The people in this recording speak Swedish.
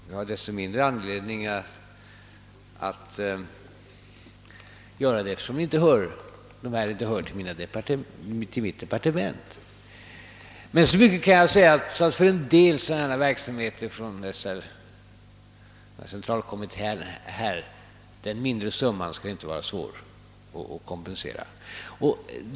Jag har desto mindre anledning att göra det eftersom det inte tillhör mitt departement. Men så mycket kan jag säga, att den del av verksamheten som finansieras av centralkommittén, vilket är den mindre summan, inte skall vara svår att kompensera.